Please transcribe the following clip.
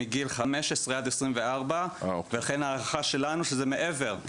מגיל 15 עד 24 ולכן הערכה שלנו שזה מעבר,